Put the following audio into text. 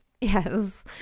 Yes